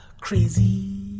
crazy